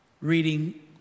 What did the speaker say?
reading